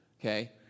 okay